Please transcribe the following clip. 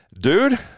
dude